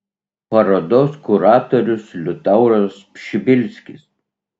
parodos kuratorius liutauras pšibilskis